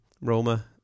roma